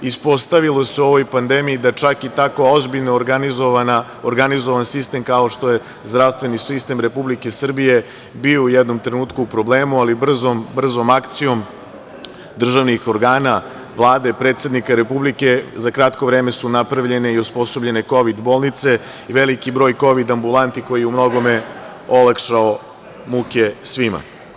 Ispostavilo se u ovoj pandemiji da je čak i tako ozbiljno organizovan sistem kao što je zdravstveni sistem Republike Srbije bio u jednom trenutku u problemu, ali brzom akcijom državnih organa, Vlade, predsednika Republike, za kratko vreme su napravljene i osposobljene kovid-bolnice i veliki broj kovid-ambulanti koji je umnogome olakšao muke svima.